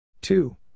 Two